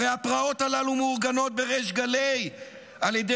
הרי הפרעות הללו מאורגנות בריש גלי על ידי